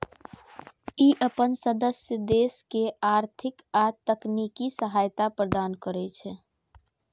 ई अपन सदस्य देश के आर्थिक आ तकनीकी सहायता प्रदान करै छै